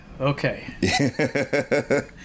okay